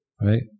right